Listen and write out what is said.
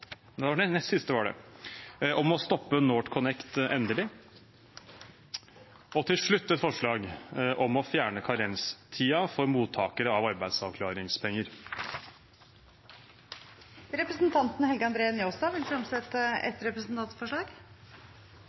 om å stoppe NorthConnect endelig, og til slutt fremmer vi et forslag om å fjerne karenstiden for mottakere av arbeidsavklaringspenger. Representanten Helge André Njåstad vil fremsette et representantforslag.